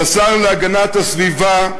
לשר להגנת הסביבה,